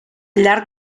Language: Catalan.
llarg